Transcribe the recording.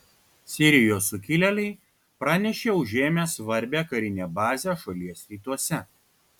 sirijos sukilėliai pranešė užėmę svarbią karinę bazę šalies rytuose